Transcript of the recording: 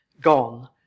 gone